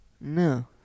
No